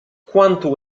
quanto